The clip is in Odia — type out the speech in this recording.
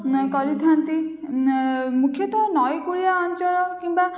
କରିଥାନ୍ତି ନା ମୁଖ୍ୟତଃ ନଈକୁଳିଆ ଅଞ୍ଚଳ କିମ୍ବା